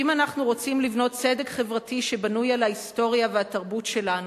ואם אנחנו רוצים לבנות צדק חברתי שבנוי על ההיסטוריה והתרבות שלנו,